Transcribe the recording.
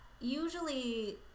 Usually